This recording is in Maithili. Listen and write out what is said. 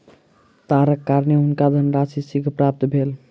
तारक कारणेँ हुनका धनराशि शीघ्र प्राप्त भेल